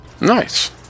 nice